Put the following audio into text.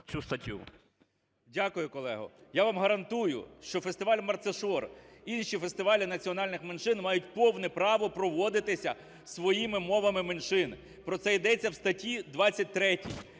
Дякую, колего. Я вам гарантую, що фестиваль "Мерцішор", інші фестивалі національних меншин мають повне право проводитися своїми мовами меншин, про це йдеться в статті 23,